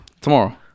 Tomorrow